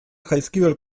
jaizkibel